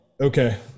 Okay